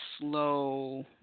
slow